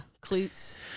Cleats